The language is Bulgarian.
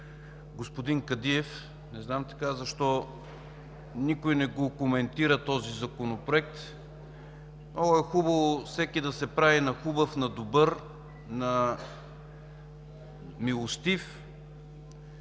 господин Кадиев. Не знам защо никой не коментира този Законопроект. Много е хубаво всеки да се прави на хубав, на добър, на милостив.